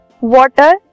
Water